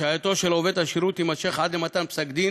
השעייתו של עובד השירות תימשך עד למתן פסק-דין